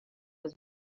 was